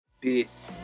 peace